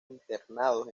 internados